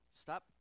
Stop